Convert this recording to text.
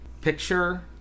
picture